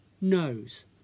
knows